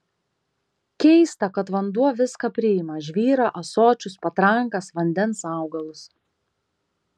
keista kad vanduo viską priima žvyrą ąsočius patrankas vandens augalus